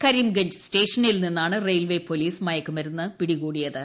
കരീംഗഞ്ച് സ്റ്റേഷനിൽ നിന്നാണ് railway police മയക്ക് മരുന്ന് പിടികൂടിയത്